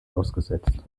ausgesetzt